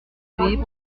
privés